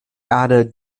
other